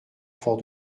fort